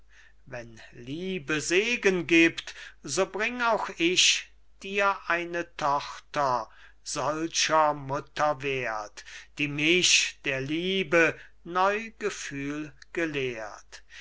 wenn liebe segen gibt so bring auch ich dir eine tochter solcher mutter werth die mich der liebe neu gefühl gelehrt